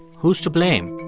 who's to blame?